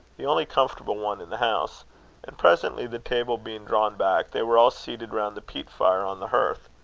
the only comfortable one in the house and presently, the table being drawn back, they were all seated round the peat-fire on the hearth,